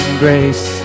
grace